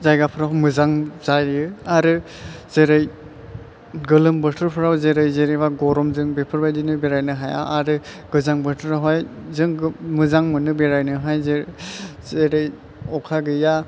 जायगाफ्राव मोजां जायो आरो जेरै गोलोम बोथोरफोराव जेरै जेन'बा गरमजों बेफोरबायदिनो बेरायनो हाया आरो गोजां बोथोरावहाय जों गो मोजां मोनो जेरै अखा गैया